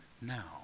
now